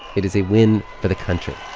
it is a win for the country